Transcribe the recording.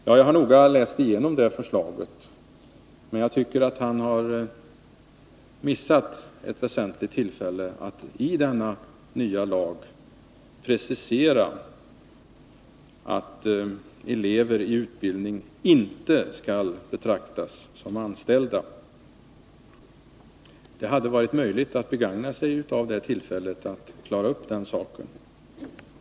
Jag har noga läst igenom det förslaget, men jag tycker att arbetsmarknadsministern har missat Om yrkesintroett väsentligt tillfälle att i denna nya lag precisera att elever i utbildning inte duktionsutbildskall betraktas som anställda. Det hade varit möjligt att begagna sig av detta ningen tillfälle att klara upp den saken.